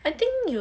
I think you